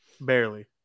Barely